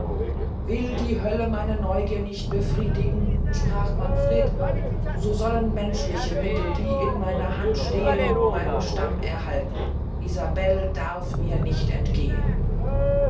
will die hölle meine neugier nicht befriedigen sprach manfred so sollen menschliche mittel die in meiner hand stehen meinen stamm erhalten isabelle darf mir nicht entgehen